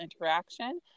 interaction